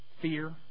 fear